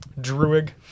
druid